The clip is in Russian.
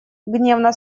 гневно